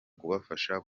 kubafasha